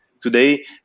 Today